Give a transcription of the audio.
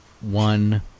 one